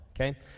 okay